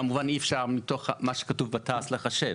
כמובן אי אפשר מתוך מה שכתוב בתעש לחשב,